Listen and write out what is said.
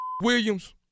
Williams